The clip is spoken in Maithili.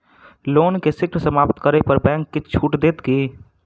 लोन केँ शीघ्र समाप्त करै पर बैंक किछ छुट देत की